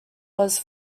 was